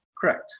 Correct